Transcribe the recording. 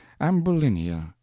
ambulinia